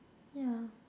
yeah